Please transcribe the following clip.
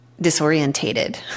disorientated